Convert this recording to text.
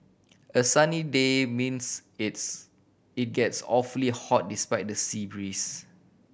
a sunny day means it's it gets awfully hot despite the sea breeze